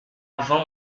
avant